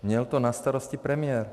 Měl to na starosti premiér.